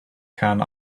can